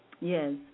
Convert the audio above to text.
Yes